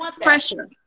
pressure